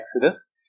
Exodus